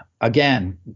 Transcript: Again